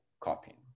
copying